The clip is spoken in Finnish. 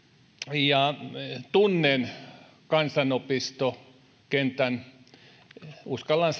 ja tunnen kansanopistokentän uskallan